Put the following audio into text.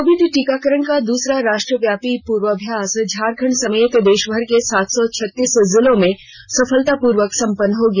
Covid टीकाकरण का दूसरा राष्ट्रव्यापी पूर्वाभ्यास झारखंड समेत देशभर के सात सौ छत्तीस जिलों में सफलतापूर्वक संपन्न हो गया